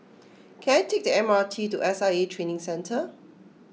can I take the M R T to S I A Training Centre